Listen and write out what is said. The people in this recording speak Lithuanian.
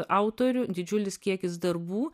autorių didžiulis kiekis darbų